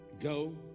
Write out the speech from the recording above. Go